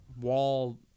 wall